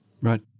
Right